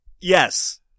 Yes